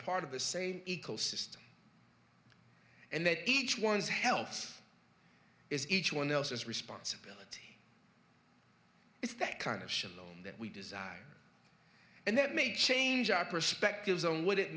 part of the same equal system and that each one's health is each one else's responsibility it's that kind of loan that we desire and that may change our perspectives on what it